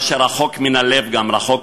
מה שרחוק מן הלב גם רחוק,